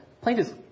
plaintiff's